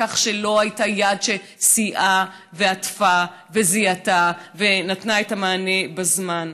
מכך שלא הייתה יד שסייעה ועטפה וזיהתה ונתנה את המענה בזמן.